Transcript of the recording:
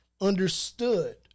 understood